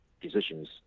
decisions